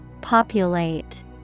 Populate